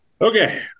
Okay